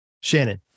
Shannon